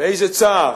ואיזה צער,